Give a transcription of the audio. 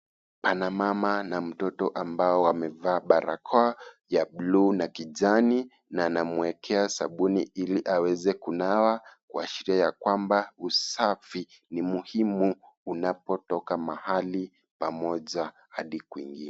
Pana mama na mtoto ambao wamevaa barakoa ya bulu na kijani na anamwekea sabuni ili aweze kunawa kuashiria ya kwamba usafi ni muhimu unapotoka mahali pamoja hadi kwingine.